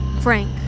Frank